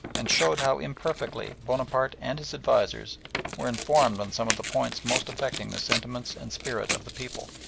and showed how imperfectly bonaparte and his advisers were informed on some of the points most affecting the sentiments and spirit of the people.